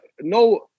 no